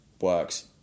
works